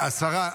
איזו הזיה,